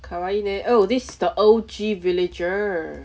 kawaii ne oh this is the O_G villager